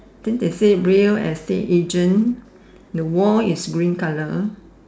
then they say real estate agent the wall is green colour